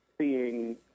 seeing